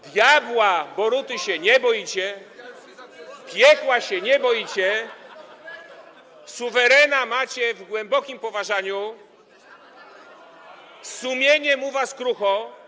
Diabła Boruty się nie boicie, piekła się nie boicie, suwerena macie w głębokim poważaniu, z sumieniem u was krucho.